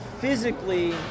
physically